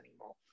anymore